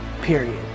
Period